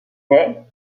naît